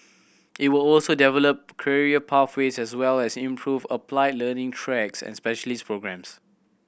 it will also develop career pathways as well as improve applied learning tracks and specialist programmes